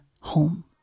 home